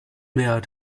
mehr